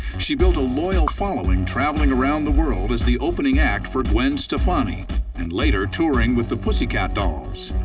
she built a loyal following traveling around the world as the opening act for gwen stefani and later touring with the pussycat dolls.